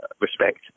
respect